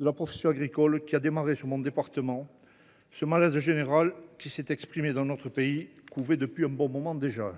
de la profession agricole, qui a démarré dans mon département. Ce malaise général qui s’est exprimé dans notre pays couvait depuis un bon moment déjà.